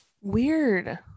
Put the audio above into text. weird